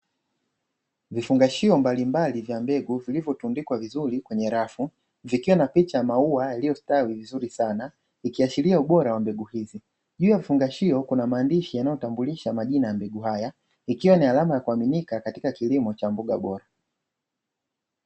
Vifungashio mbalimbali vya mbegu, vilivyotundikwa vizuri kwenye rafu, vikiwa na picha ya maua yaliyostawi vizuri sana, ikiashiria ubora wa mbegu hizo. Juu ya vifungashio kuna maandishi yanayotambulisha majina ya mbegu hizi, ikiwa ni alama ya kuaminika katika kilimo cha mbegu bora.